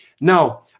Now